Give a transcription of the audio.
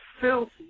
Filthy